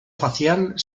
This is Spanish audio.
facial